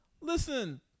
listen